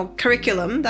curriculum